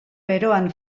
beroan